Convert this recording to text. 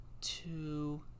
two